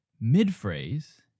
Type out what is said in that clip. mid-phrase